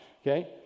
Okay